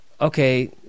okay